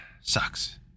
Sucks